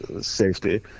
safety